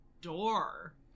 door